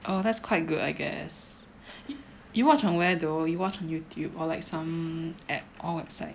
oh that's quite good I guess you watch on where though you watched on Youtube or like some app or website